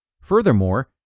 Furthermore